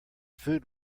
food